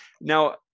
Now